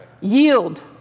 Yield